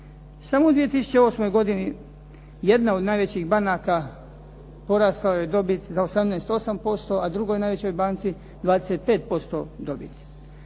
Samo u 2008. godini jednoj od najvećih banaka porastao je dobit za 18,8%, a drugoj najvećoj banci 25%.